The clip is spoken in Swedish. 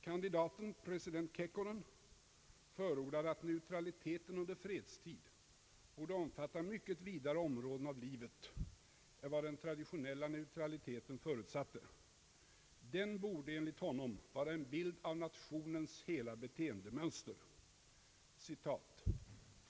Kandidaten, president Kekkonen, förordade att neutraliteten under fredstid borde omfatta mycket vidare områden av livet än vad den traditionella neutraliteten förutsatte: den borde vara en bild av nationens hela beteendemönster.